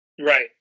right